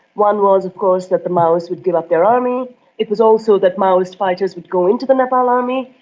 one was of course that the maoists would give up their army it was also that maoist fighters would go into the nepal army.